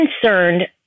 concerned